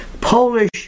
Polish